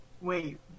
Wait